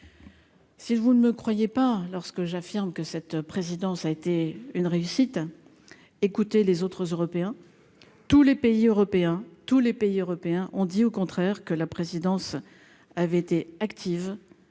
Si vous ne me croyez pas, lorsque j'affirme que cette présidence a été une réussite écoutez les autres Européens, tous les pays européens, tous les pays européens ont dit au contraire que la présidence avait été active